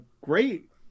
great